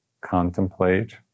contemplate